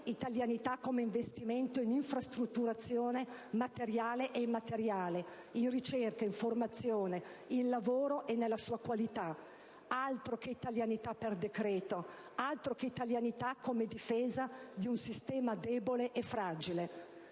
italianità come investimento in infrastrutturazione materiale ed immateriale, in ricerca, in formazione, in lavoro e nella sua qualità. Altro che italianità per decreto! Altro che italianità come difesa di un sistema debole e fragile!